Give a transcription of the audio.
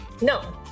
no